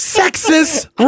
sexist